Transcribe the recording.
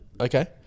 Okay